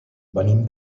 venim